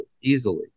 easily